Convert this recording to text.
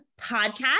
Podcast